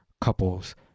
couples